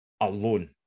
alone